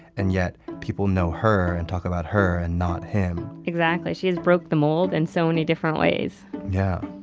and yet people know her and talk about her and not him exactly. she has broken the mold in and so many different ways yeah